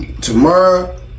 tomorrow